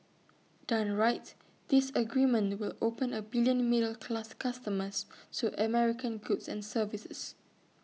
done right this agreement will open A billion middle class customers to American goods and services